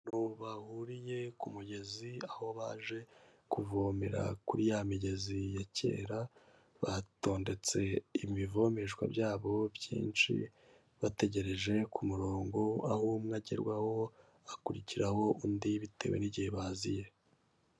Abantu bahuriye ku kumugezi, aho baje kuvomera kuri ya migezi ya kera, batondetse ibivomeshwa byabo byinshi bategereje ku murongo, aho umwe agerwaho hakurikiraho undi bitewe n'igihe baziye.